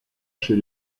chez